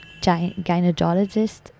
gynecologist